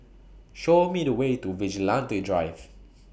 Show Me The Way to Vigilante Drive